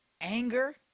anger